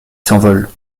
s’envolent